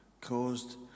caused